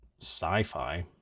sci-fi